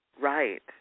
Right